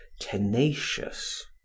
tenacious